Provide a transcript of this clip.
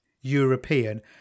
European